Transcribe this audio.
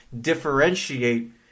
differentiate